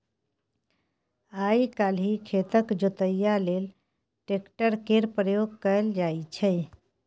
आइ काल्हि खेतक जोतइया लेल ट्रैक्टर केर प्रयोग कएल जाइ छै